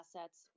assets